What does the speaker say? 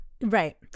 Right